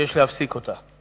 ויש להפסיק אותה.